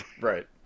Right